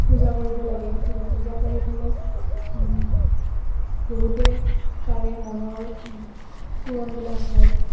পূজা কৰিব লাগে তেতিয়া পূজা কৰি পেলাই বহুতে তাৰে মনৰ পূৰণবিলাক হয়